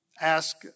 ask